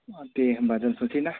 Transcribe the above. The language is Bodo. दे होनबा दोनथ'नोसैना